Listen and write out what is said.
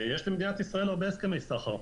יש למדינת ישראל הרבה הסכמי סחר.